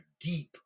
deep